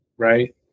right